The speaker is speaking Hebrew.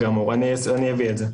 אני אביא את זה.